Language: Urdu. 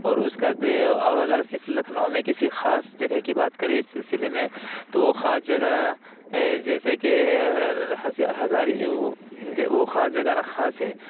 اور اس کا اور اگر صرف لکھنؤ میں کسی خاص جگہ کی بات کرے اس سلسلے میں تو وہ خاص جگہ ہے جیسے کہ ہزاری وہ خاص جگہ نخاس ہے